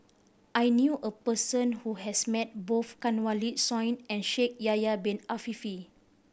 I knew a person who has met both Kanwaljit Soin and Shaikh Yahya Bin Ahmed Afifi